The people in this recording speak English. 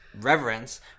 reverence